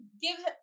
give